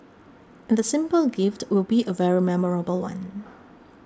and the simple gift will be a very memorable one